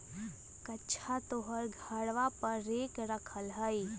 कअच्छा तोहर घरवा पर रेक रखल हई?